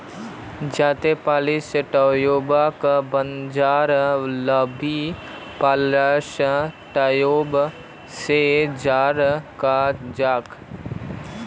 छोटी प्लस ट्यूबक पंजा लंबी प्लस ट्यूब स जो र छेक